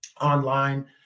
online